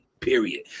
Period